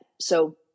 So-